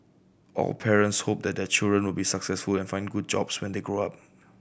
of parents hope that their children will be successful and find good jobs when they grow up